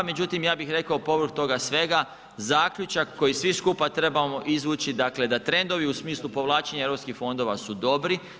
Međutim, ja bih rekao povrh toga svega zaključak koji svi skupa trebamo izvući da trendovi u smislu povlačenja europskih fondova su dobri.